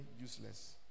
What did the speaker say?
useless